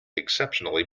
exceptionally